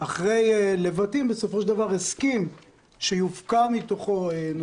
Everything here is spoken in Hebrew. אחרי לבטים בסופו של דבר הסכים שיופקע מסמכויות